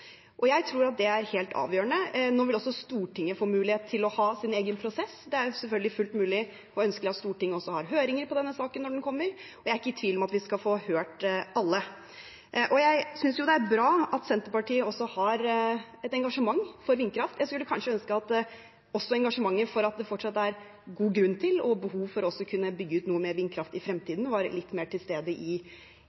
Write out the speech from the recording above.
og sikre at vi får en god involvering også i prosessen fremover. Jeg tror det er helt avgjørende. Nå vil også Stortinget få mulighet til å ha sin egen prosess. Det er selvfølgelig fullt mulig og ønskelig at Stortinget også har høringer om denne saken når den kommer, og jeg er ikke i tvil om at vi skal få hørt alle. Jeg synes det er bra at Senterpartiet også har et engasjement for vindkraft. Jeg skulle kanskje ønske at også engasjementet for at det fortsatt er god grunn til – og behov for – å kunne bygge ut noe mer vindkraft i